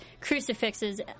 crucifixes